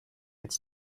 it’s